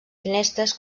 finestres